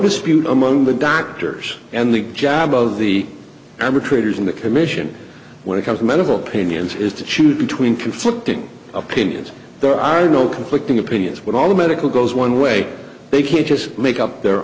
dispute among the doctors and the jab of the average critters in the commission when it comes to medical opinions is to choose between conflicting opinions there are no conflicting opinions with all the medical goes one way they can just make up their